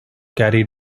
carried